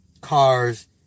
cars